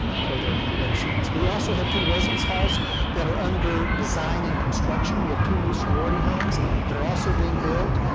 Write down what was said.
for their completions. we also have two residence halls that are under design and construction. we have two new sorority homes that are also being built.